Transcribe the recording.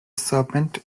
serpent